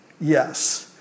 yes